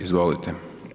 Izvolite.